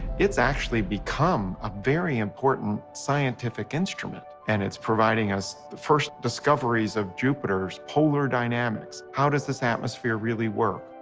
it's actually become a very important scientific instrument and it's providing us the first discoveries of jupiter's polar dynamics. how does this atmosphere really work?